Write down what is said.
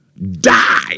Die